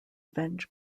avenge